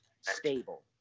stable